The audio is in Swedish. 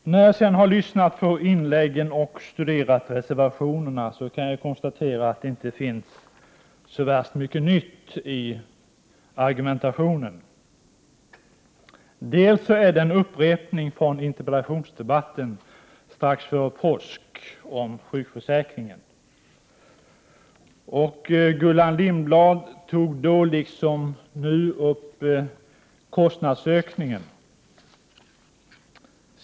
Efter att ha lyssnat på inläggen och studerat reservationerna kan jag konstatera att det inte finns så värst mycket nytt i argumentationen. Till dels är det hela en upprepning från interpellationsdebatten om sjukförsäkringen strax före påsk. Gullan Lindblad tog då liksom nu upp kostnadsökningen.